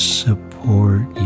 support